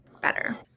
better